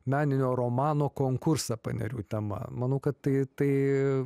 meninio romano konkursą panerių tema manau kad tai tai